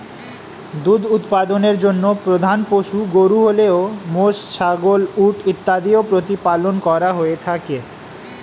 দুধ উৎপাদনের জন্য প্রধান পশু গরু হলেও মোষ, ছাগল, উট ইত্যাদিও প্রতিপালন করা হয়ে থাকে